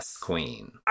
queen